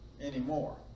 anymore